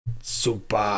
Super